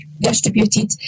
distributed